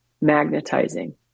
magnetizing